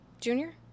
Junior